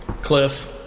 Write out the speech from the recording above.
Cliff